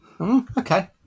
Okay